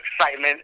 excitement